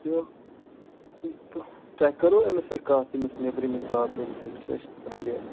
تہٕ تۄہہِ کٔروٕ أمِس سۭتۍ کَتھ ییٚمِس نٮ۪برِمِس باپٲرِس سۭتۍ یُس اَسہِ پَتہٕ یہِ